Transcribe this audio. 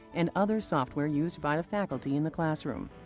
and other software used by the faculty in the classroom.